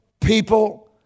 People